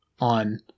on